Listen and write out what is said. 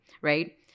right